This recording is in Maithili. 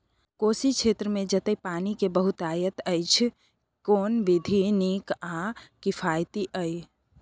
कोशी क्षेत्र मे जेतै पानी के बहूतायत अछि केना विधी नीक आ किफायती ये?